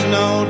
no